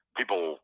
people